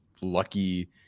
lucky